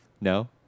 No